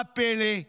מה הפלא?